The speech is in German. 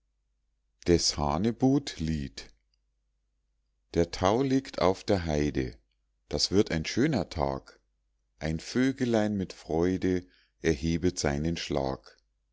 des hanebuth lied der tau liegt auf der heide das wird ein schöner tag ein vögelein mit freude erhebet seinen schlag